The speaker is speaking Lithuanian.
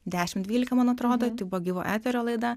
dešim dvylika man atrodo tai buvo gyvo eterio laida